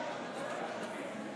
להלן